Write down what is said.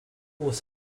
was